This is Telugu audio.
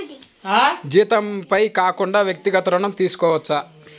జీతంపై కాకుండా వ్యక్తిగత ఋణం తీసుకోవచ్చా?